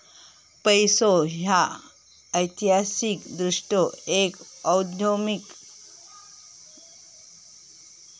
पैसो ह्या ऐतिहासिकदृष्ट्यो एक उदयोन्मुख बाजारपेठ असा